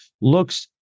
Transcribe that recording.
looks